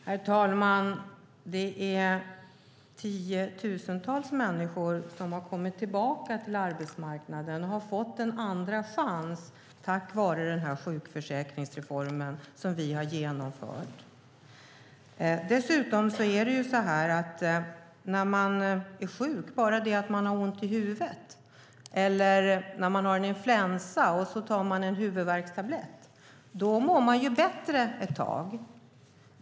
Herr talman! Det är tiotusentals människor som har kommit tillbaka till arbetsmarknaden och har fått en andra chans tack vare sjukförsäkringsreformen som vi har genomfört. När man är sjuk, om man så bara har ont i huvudet eller har influensa, och tar en huvudvärkstablett mår man bättre ett tag.